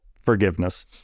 forgiveness